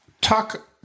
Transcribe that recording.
talk